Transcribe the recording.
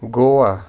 گوٚوا